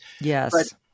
Yes